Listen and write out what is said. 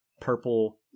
purple